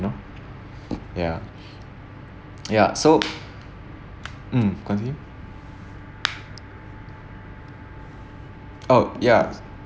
know yeah ya so mm continue oh ya